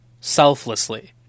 selflessly